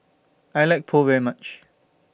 I like Pho very much